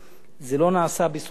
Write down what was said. זה לא נעשה בזכותי,